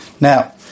Now